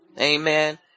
Amen